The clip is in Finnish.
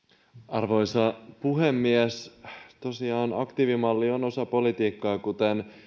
arvoisa puhemies tosiaan aktiivimalli on osa politiikkaa kuten